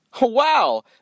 wow